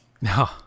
No